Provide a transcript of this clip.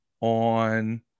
on